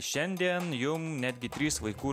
šiandien jum netgi trys vaikų